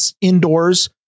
indoors